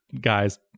guys